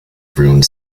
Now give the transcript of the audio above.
ruined